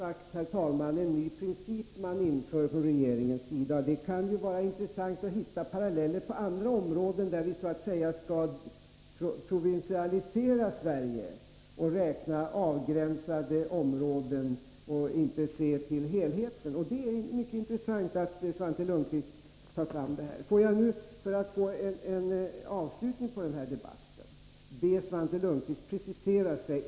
Herr talman! Det här är som sagt en ny princip regeringen infört. Det kan ju vara intressant att hitta paralleller på andra områden, om vi nu skall provinsialisera Sverige och betrakta avgränsade områden vart och ett för sig och inte se till helheten. Det är mycket intressant att Svante Lundkvist tar Nr 44 fram det här. Måndagen den Låt mig nu för att få en avslutning på den här debatten be Svante Lundkvist — 12 december 1983 precisera sig.